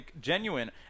genuine